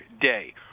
day